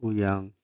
Uyang